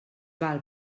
val